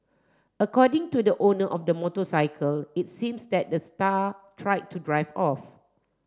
according to the owner of the motorcycle it seems that the star tried to drive off